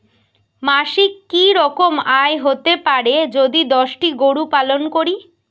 মাসিক কি রকম আয় হতে পারে যদি দশটি গরু পালন করি?